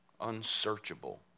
Unsearchable